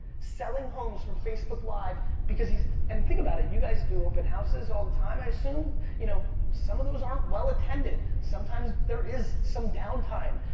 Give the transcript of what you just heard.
selling homes through facebook live because he's, and think about it, you guys do open houses all the time, i assume you know some of those aren't well attended, sometimes there is some down time,